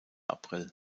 april